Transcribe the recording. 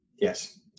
Yes